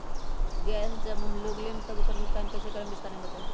Gas जब हम लोग लेम त उकर भुगतान कइसे करम विस्तार मे बताई?